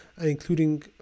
including